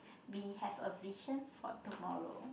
we have a vision for tomorrow